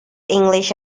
english